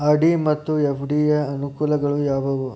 RD ಮತ್ತು FD ಯ ಅನುಕೂಲಗಳು ಯಾವವು?